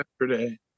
yesterday